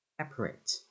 Separate